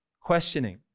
questioning